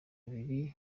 abiri